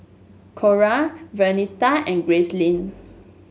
Cora Vernita and Gracelyn